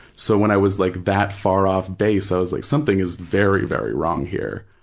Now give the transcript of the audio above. so, when i was like that far off base, i was like, something is very, very wrong here.